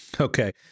Okay